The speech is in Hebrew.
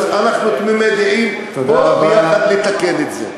אז אנחנו תמימי דעים פה וביחד, לתקן את זה.